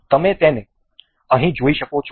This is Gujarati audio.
તમે તેને અહીં જોઈ શકો છો